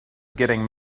getting